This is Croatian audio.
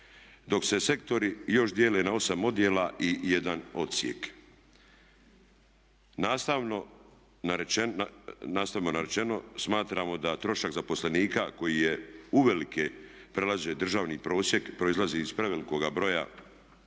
dok se sektori još dijele na 8 odjela i 1 odsjek. Nastavno rečeno smatramo da trošak zaposlenika koji je uvelike prelazio državni prosjek proizlazi iz prevelikog broja